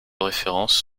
référence